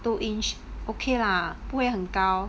two inch okay lah 不会很高